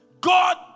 God